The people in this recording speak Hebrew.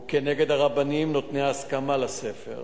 וכנגד הרבנים נותני ההסכמה לספר,